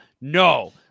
no